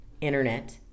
internet